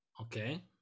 Okay